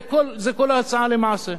זה כל ההצעה למעשה.